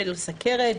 של סכרת,